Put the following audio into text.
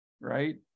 right